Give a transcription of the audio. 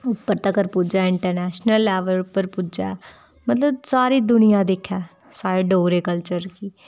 उप्पर तगर पुज्जै इंटरनैशनल लैवल उप्पर पुज्जै मतलव सारी दुनिया दिक्खै साढ़े डोगरे कल्चर गी